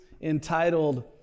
entitled